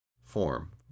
form